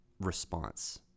response